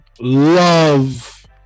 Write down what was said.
love